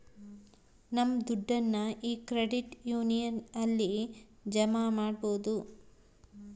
ನಮ್ ದುಡ್ಡನ್ನ ಈ ಕ್ರೆಡಿಟ್ ಯೂನಿಯನ್ ಅಲ್ಲಿ ಜಮಾ ಮಾಡ್ಬೋದು